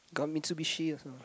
got Mitsubishi also